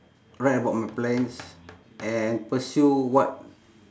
write about my plans and pursue what